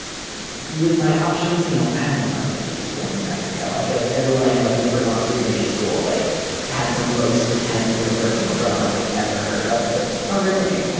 with my options, you know, i don't know about divinity school in new mexico. i feel like everyone i know who's ever gone to divinity school life had the most intense interpersonal drama i've ever heard of. but oh, really? and